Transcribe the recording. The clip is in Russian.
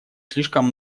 слишком